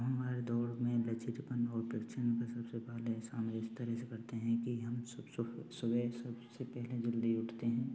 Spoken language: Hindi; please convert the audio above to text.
हमारे दौड़ में लाचितपन परीक्षण में सबसे पहले शामिल इस तरह से करते हैं कि हम सुबह सबसे पहले जल्दी उठते हैं